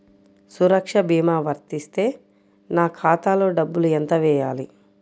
సురక్ష భీమా వర్తిస్తే నా ఖాతాలో డబ్బులు ఎంత వేయాలి?